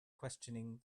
questioning